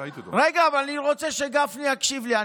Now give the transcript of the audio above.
רגע, אבל אני רוצה שגפני יקשיב לי.